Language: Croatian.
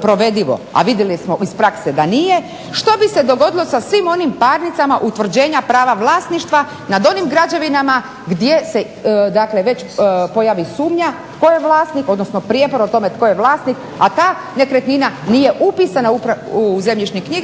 provedivo, a vidjeli smo iz prakse da nije što bi se dogodilo sa svim onim parnicama utvrđenja prava vlasništva nad onim građevinama gdje se, dakle već pojavi sumnja tko je vlasnik, odnosno prijepor o tome tko je vlasnik, a ta nekretnina nije upisana u zemljišnim knjigama